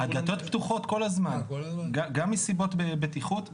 הדלתות פתוחות כל הזמן, גם מסיבות של בטיחות.